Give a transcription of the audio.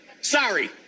Sorry